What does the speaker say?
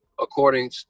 according